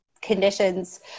conditions